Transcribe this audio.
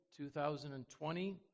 2020